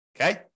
okay